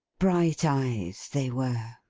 bright eyes they were.